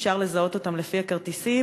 אפשר לזהות אותם לפי הכרטיסים,